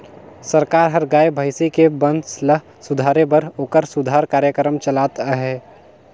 सरकार हर गाय, भइसी के बंस ल सुधारे बर ओखर सुधार कार्यकरम चलात अहे